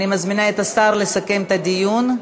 אני מזמינה את השר לסכם את הדיון.